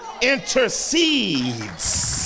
intercedes